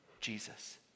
Jesus